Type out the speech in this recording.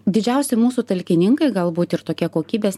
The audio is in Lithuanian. didžiausi mūsų talkininkai galbūt ir tokie kokybės